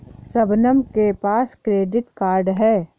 शबनम के पास credit card है